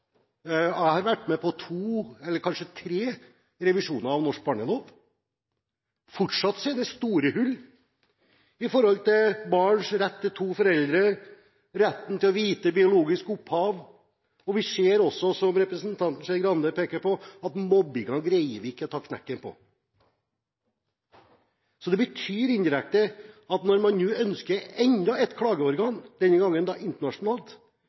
det gjelder barns rett til to foreldre og retten til å kjenne biologisk opphav. Vi ser også, som representanten Skei Grande peker på, at mobbingen greier vi ikke å ta knekken på. Så det betyr indirekte at når man nå ønsker enda et klageorgan – denne gangen internasjonalt